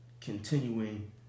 continuing